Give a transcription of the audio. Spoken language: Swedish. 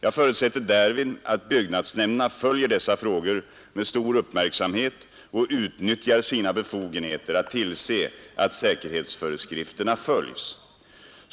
Jag förutsätter därvid att byggnadsnämnderna följer dessa frågor med stor uppmärksamhet och utnyttjar sina befogenheter att tillse att säkerhetsföreskrifterna följs.